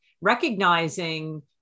recognizing